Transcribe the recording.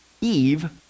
Eve